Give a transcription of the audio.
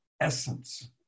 essence